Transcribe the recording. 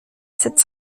sept